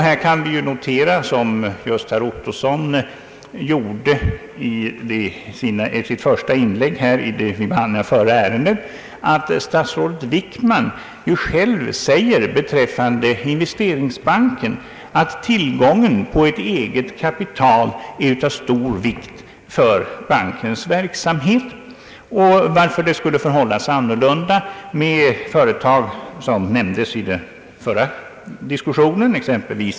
Här kan vi notera, som herr Ottosson gjorde i sitt första inlägg när vi behandlade det förra ärendet, att statsrådet Wickman själv sagt beträffande Investeringsbanken att tillgången på ett eget kapital är av stor vikt för bankens verksamhet. Varför skulle det förhålla sig annorlunda med företag som nämndes i den förra diskussionen — ASEA, L.